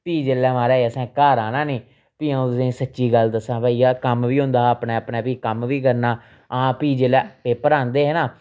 फ्ही जेल्लै महाराज असें घर आना नी फ्ही अ'ऊं तुसेंगी सच्ची गल्ल दस्सां भाई कम्म बी होंदा हा अपने अपने फ्ही कम्म बी करना हां फ्ही जेल्लै पेपर आंदे हे न